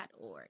org